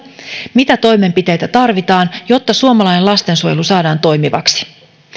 mitä toimenpiteitä tarvitaan jotta suomalainen lastensuojelu saadaan toimivaksi